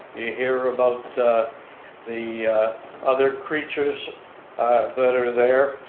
you hear about the other creatures that are there.